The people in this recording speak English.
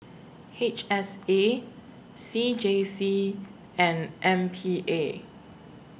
H S A C J C and M P A